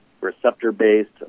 receptor-based